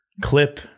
Clip